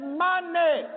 money